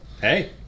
Hey